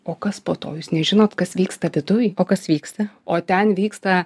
o kas po to jūs nežinot kas vyksta viduj o kas vyksta o ten vyksta